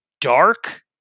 dark